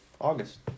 August